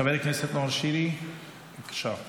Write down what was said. חבר הכנסת נאור שירי, בבקשה.